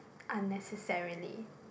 unnecessarily